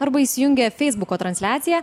arba įsijungė feisbuko transliaciją